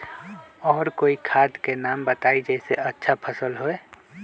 और कोइ खाद के नाम बताई जेसे अच्छा फसल होई?